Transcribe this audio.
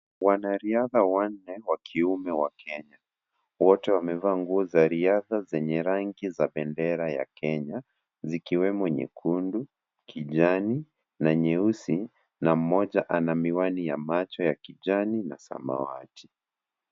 Wanariadha wanne wa kiume wa Kenya, wote wamevaa nguo za riadha zenye rangi za bendera ya Kenya, zikiwemo nyekundu, kijani, na nyeusi, na mmoja ana miwani ya macho ya kijani na samawati.